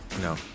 No